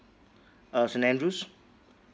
uh st andrew's